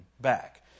back